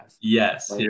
yes